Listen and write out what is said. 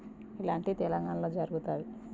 ఇలాంటివి తెలంగాణలో జరుగుతాయి